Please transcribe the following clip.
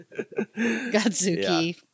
Godzuki